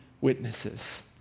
witnesses